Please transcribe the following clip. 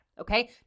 okay